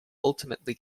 ultimately